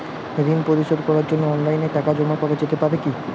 ঋন পরিশোধ করার জন্য অনলাইন টাকা জমা করা যেতে পারে কি?